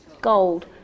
gold